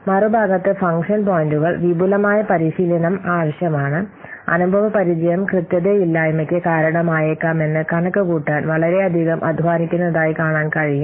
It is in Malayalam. മറു ഭാഗത്ത് ഫംഗ്ഷൻ പോയിന്റുകൾ വിപുലമായ പരിശീലനം ആവശ്യമാണ് അനുഭവപരിചയം കൃത്യതയില്ലായ്മയ്ക്ക് കാരണമായേക്കാമെന്ന് കണക്കുകൂട്ടാൻ വളരെയധികം അധ്വാനിക്കുന്നതായി കാണാൻ കഴിയും